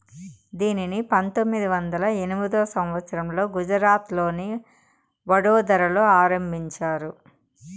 దీనిని పంతొమ్మిది వందల ఎనిమిదో సంవచ్చరంలో గుజరాత్లోని వడోదరలో ఆరంభించారు